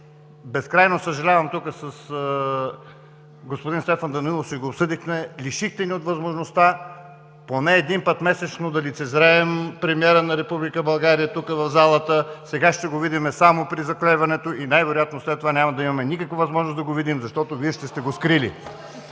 безкрайно съжалявам! С господин Стефан Данаилов го обсъдихме – лишихте ни от възможността поне веднъж месечно да лицезрем премиера на Република България тук, в залата. Сега ще го видим само при заклеването и най-вероятно след това няма да имаме никаква възможност да го видим, защото Вие ще сте го скрили.